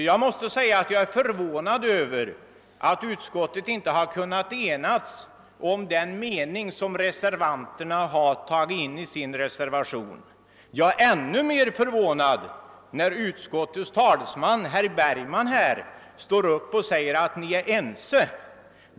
Jag måste säga att jag är förvånad över att utskottet inte har kunnat enas om den mening som reservanterna har tagit in i sin reservation. Jag är särskilt förvånad över detta med anledning av att utskottets talesman herr Bergman här står upp och säger att vi är ense.